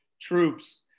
troops